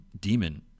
demon